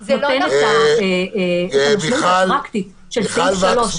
את --- הפרקטי של סעיף 3 -- מיכל וקסמן.